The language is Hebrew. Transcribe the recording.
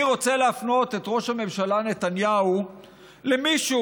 אני רוצה להפנות את ראש הממשלה נתניהו למישהו,